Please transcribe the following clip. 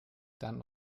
dann